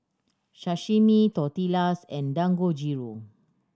Sashimi Tortillas and Dangojiru